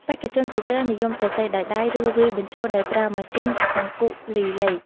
បេក្ខជនជាច្រើននិយមសរសេរដោយដៃ ឬវាយបញ្ចូលដោយប្រើម៉ាស៊ីនអង្គុលីលេខ។